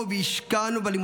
והשקענו בלימודים.